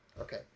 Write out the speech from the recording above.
Okay